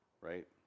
Right